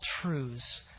truths